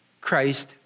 Christ